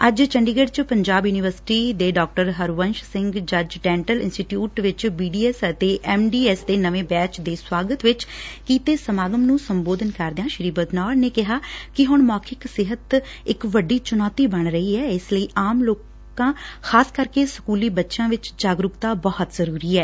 ਅੱਜ ਚੰਡੀਗੜ੍ਰ ਚ ਪੰਜਾਬ ਯੂਨੀਵਰਸਿਟੀ ਦੇ ਡਾ ਹਰਵੰਸ਼ ਸਿੰਘ ਜੱਜ ਡੈਟਲ ਇੰਸਟੀਚਿਊਟ ਵਿਚ ਬੀ ਡੀ ਐਸ ਅਤੇ ਐਮ ਡੀ ਐਸ ਦੇ ਨਵੇ ਬੈਚ ਦੇ ਸੁਆਗਤ ਵਿਚ ਕੀਤੇ ਸਮਾਗਮ ਨੂੰ ਸੰਬੋਧਨ ਕਰਦਿਆ ਸ੍ਰੀ ਬਦਨੌਰ ਨੇ ਕਿਹਾ ਕਿ ਹੁਣ ਮੌਖਿਕ ਸਿਹਤ ਇਕ ਵੱਡੀ ਚੁਣੌਤੀ ਬਣ ਰਹੀ ਐ ਇਸ ਲਈ ਆਮ ਲੋਕਾਂ ਖ਼ਾਸ ਕਰਕੇ ਸਕੂਲੀ ਬਚਿਆਂ ਵਿਚ ਜਾਗਰੂਕਤਾ ਬਹੁਤ ਜ਼ਰੂਰੀ ਏ